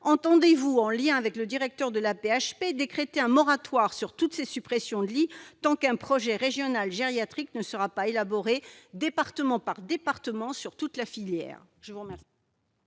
entendez-vous, en liaison avec le directeur de l'AP-HP, décréter un moratoire sur toutes ces suppressions de lit tant qu'un projet régional gériatrique ne sera pas élaboré, département par département, sur toute la filière